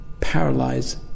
paralyze